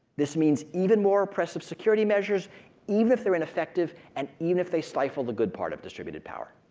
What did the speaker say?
this means even more oppressive security measures even if they're ineffective, and even if they stifle the good part of distributed power.